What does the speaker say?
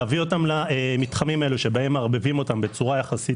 להביא אותם למתחמים שבהם מערבבים אותם בצורה יחסית